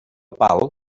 pal